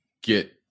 get